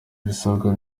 ibisabwa